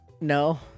No